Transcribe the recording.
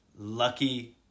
Lucky